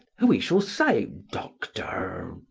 who he shall say dr.